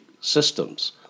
systems